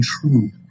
true